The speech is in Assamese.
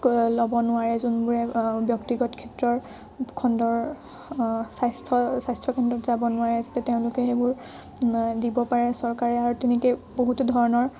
ল'ব নোৱাৰে যোনবোৰে ব্যক্তিগত ক্ষেত্ৰত খণ্ডত স্বাস্থ্যৰ স্বাস্থ্যকেন্দ্ৰত যাব নোৱাৰে যেতিয়া তেওঁলোকে সেইবোৰ দিব পাৰে চৰকাৰে আৰু তেনেকৈ বহুতো ধৰণৰ